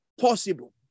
possible